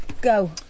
Go